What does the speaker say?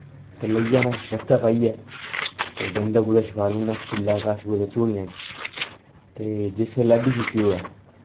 ते लेई आना वस्तै पाईयै ते डंडा कुतै छपालुना स्कूलै कछ कुतै झुडियैं च ते जिस बेल्लै अद्धी छुटटी होऐ